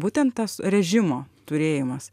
būtent tas režimo turėjimas